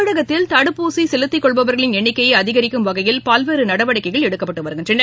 கமிழகத்தில் தடுப்பூசிசெலத்திக் கொள்பவர்களின் எண்ணிக்கையைஅதிகரிக்கும் வகையில் பல்வேறுநடவடிக்கைகள் எடுக்கப்பட்டுவருகின்றன